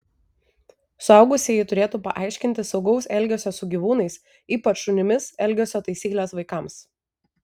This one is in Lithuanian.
suaugusieji turėtų paaiškinti saugaus elgesio su gyvūnais ypač šunimis elgesio taisykles vaikams